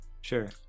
Sure